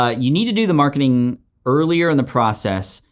ah you need to do the marketing earlier in the process,